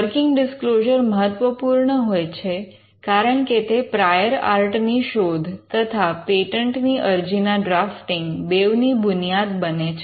working disclosure મહત્વપૂર્ણ હોય છે કારણ કે તે પ્રાયોર આર્ટ ની શોધ તથા પેટન્ટની અરજી ના ડ્રાફ્ટીંગ બેઉં ની બુનિયાદ બને છે